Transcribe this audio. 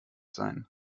sein